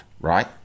Right